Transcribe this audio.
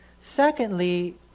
Secondly